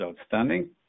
outstanding